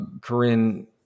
Corinne